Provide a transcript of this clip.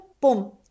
boom